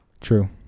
True